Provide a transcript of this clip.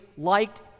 liked